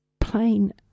plain